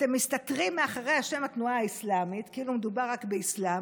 אתם מסתתרים מאחורי השם "התנועה האסלאמית" כאילו מדובר רק באסלאם,